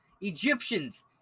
Egyptians